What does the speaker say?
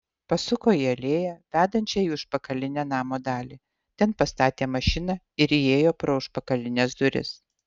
pasuko į alėją vedančią į užpakalinę namo dalį ten pastatė mašiną ir įėjo pro užpakalines duris